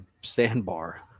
sandbar